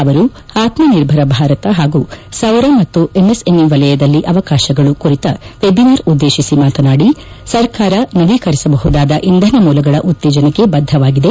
ಅವರು ಆತ್ಮನಿರ್ಭರ ಭಾರತ ಹಾಗೂ ಸೌರ ಮತ್ತು ಎಂಎಸ್ಎಂಇ ವಲಯದಲ್ಲಿ ಅವಕಾಶಗಳು ಕುರಿತ ವೆಬಿನಾರ್ ಉದ್ದೇಶಿಸಿ ಮಾತನಾದಿ ಸರ್ಕಾರ ನವೀಕರಿಸಬಹುದಾದ ಇಂಧನ ಮೂಲಗಳ ಉತ್ತೇಜನಕ್ಕೆ ಬದ್ದವಾಗಿದೆ